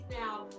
now